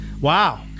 Wow